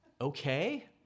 Okay